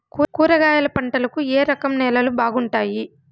కూరగాయల పంటలకు ఏ రకం నేలలు బాగుంటాయి?